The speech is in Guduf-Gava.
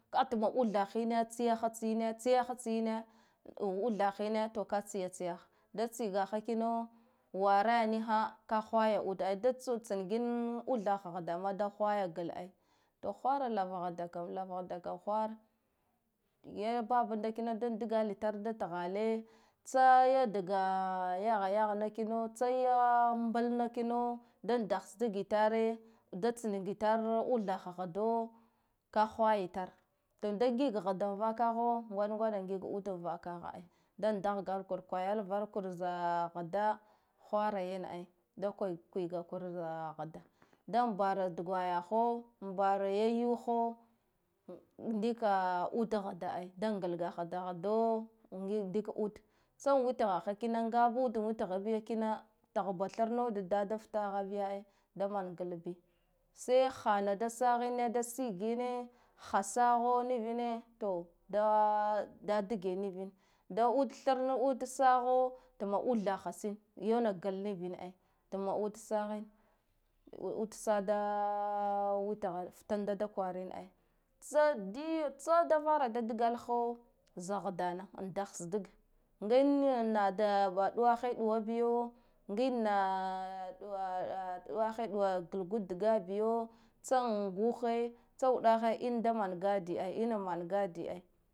At ba utha hine tsiyaha tsiyine tsiyaha tsiyine uthahine, to ka tsiyatsiyaha da tsigaha kino wara niha ka hwaya udai datatsangin uthaha hda da hwaya gal ai, to hwara lava nda kam lava hda kam hwara ya babanda kino dan dgla itare da thale tsaya diga yahayahena kino tsaya mblna kino da dashdigitare da tsingitare uthah hda ka hwaya tar to da ngig hda vakaha ngwaɗngwaɗa ngig uda vakaha ai, da ndahgakur kway var kur za hda hwara ai da kwaikwigwa kur za hda da bara duguwai ha bawa yaya yuha ndika uda ya hda ai hada hdo ndik ude tsan witha ho kina ngaba uda withabi kina tahba tharna ude da daf taha bi ai, da mangal sai hana da sahine da sigine ha saho nivine to dadige nivine da ud tharna ud saho tma uthaha tsin yawna gal nivin ai, tma ud sahin ud sa da witha ftanda da kwarin ai tsa di tsa da vara da dgalaha za hda na dahsdige ngina ɗuwa hai duwa biyo nga nna ɗuwa haiɗuwa galgud dgabiyo tsani guhe tsauɗahe in da man gadi ai in da man gadi ai.